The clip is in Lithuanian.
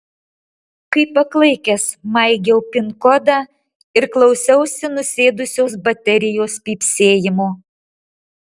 kaip paklaikęs maigiau pin kodą ir klausiausi nusėdusios baterijos pypsėjimo